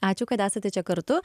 ačiū kad esate čia kartu